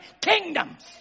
kingdoms